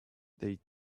they